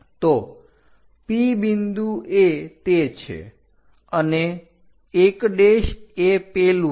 તો P બિંદુ એ તે છે અને 1 એ પેલું છે